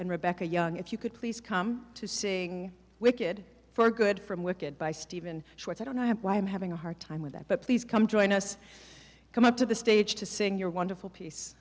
and rebecca young if you could please come to seeing wicked for good from wicked by stephen schwartz i don't know why i'm having a hard time with that but please come join us come up to the stage to sing your wonderful piece